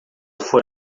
for